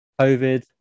COVID